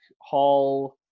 Hall